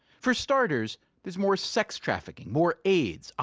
for starters, there's more sex-trafficking, more aids, ah